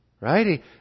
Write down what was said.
Right